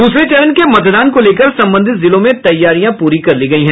द्रसरे चरण के मतदान को लेकर संबंधित जिलों में तैयारियां पूरी कर ली गयी हैं